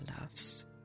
loves